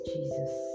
Jesus